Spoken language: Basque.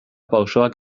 pausoak